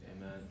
Amen